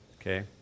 Okay